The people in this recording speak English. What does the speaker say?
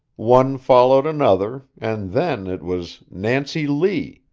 one followed another, and then it was nancy lee,